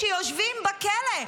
-- פושעים שיושבים בכלא.